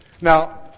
Now